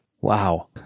Wow